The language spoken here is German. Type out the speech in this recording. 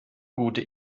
gute